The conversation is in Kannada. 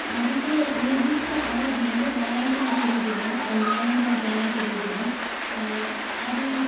ಅದಕ್ಕೆ ನಿರ್ದಿಷ್ಟ ಅವಧಿ ಅಂದರೆ ವಾರಂಟಿ ಅಂತ ಇರುವುದಿಲ್ಲ ವಾರಂಟಿ ಆರ್ ಗ್ಯಾರಂಟಿ ಇರುವುದಿಲ್ಲ ಅದು